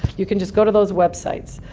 you can just go to those websites.